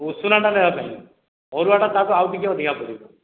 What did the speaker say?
ଉଷୁନା ଟା ନେବା ପାଇଁ ଅରୁଆ ଟା ତା ଠାରୁ ଆଉ ଟିକିଏ ଅଧିକା ପଡ଼ିବ